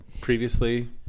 previously